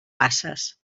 passes